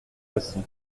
aussi